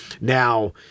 Now